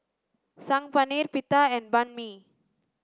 Saag Paneer Pita and Banh Mi